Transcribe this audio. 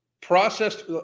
processed